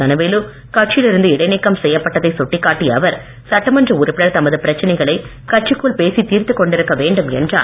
தனவேலு கட்சியில் இருந்து இடைநீக்கம் செய்யப்பட்டதை சுட்டிக் காட்டிய அவர் சட்டமன்ற உறுப்பினர் தமது பிரச்சனைகளை கட்சிக்குள் பேசி தீர்த்துக் கொண்டிருக்க வேண்டும் என்றார்